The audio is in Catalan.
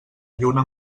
lluna